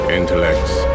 intellects